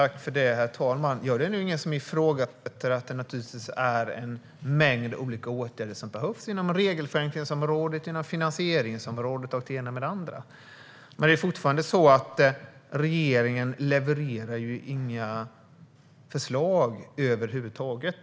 Herr talman! Det är nog ingen som ifrågasätter att det behövs en mängd olika åtgärder inom regelförenklingsområdet, finansieringsområdet och det ena med det andra. Men fortfarande levererar regeringen inga förslag över huvud taget.